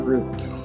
Roots